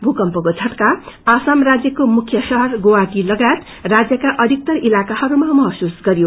भूकम्पको झटका आसाम राज्यको मुख्य श्हर गुवाहाटी लगायत राज्यका अधिकतर इलाका हरूमा महसूस गरियो